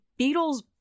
Beatles